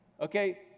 okay